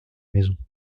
maison